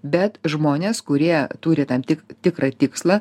bet žmonės kurie turi tam ti tikrą tikslą